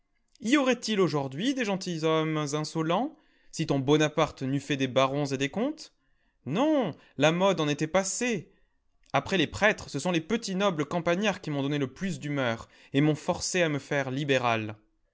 y aurait-il aujourd'hui des gentilshommes insolents si ton bonaparte n'eût fait des barons et des comtes non la mode en était passée après les prêtres ce sont les petits nobles campagnards qui m'ont donné le plus d'humeur et m'ont forcé à me faire libéral